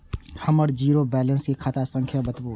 हमर zero balance के खाता संख्या बतबु?